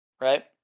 right